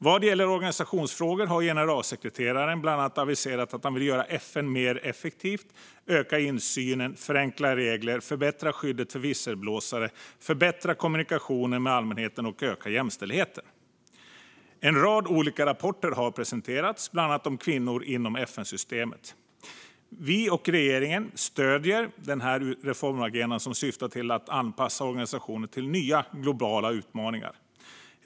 Vad gäller organisationsfrågor har generalsekreteraren bland annat aviserat att han vill göra FN mer effektivt, öka insynen, förenkla regler, förbättra skyddet för visselblåsare, förbättra kommunikationen med allmänheten och öka jämställdheten. En rad olika rapporter har presenterats, bland annat om kvinnor inom FN-systemet. Vi och regeringen stöder reformagendan, som syftar till att anpassa organisationen till nya globala utmaningar.